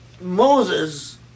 Moses